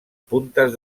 puntes